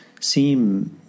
seem